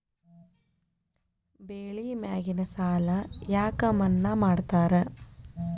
ಬೆಳಿ ಮ್ಯಾಗಿನ ಸಾಲ ಯಾಕ ಮನ್ನಾ ಮಾಡ್ತಾರ?